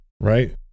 right